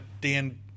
Dan